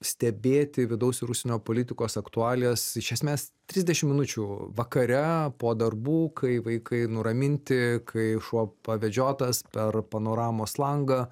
stebėti vidaus ir užsienio politikos aktualijas iš esmės trisdešim minučių vakare po darbų kai vaikai nuraminti kai šuo pavedžiotas per panoramos langą